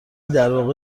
درواقع